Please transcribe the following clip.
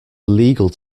illegal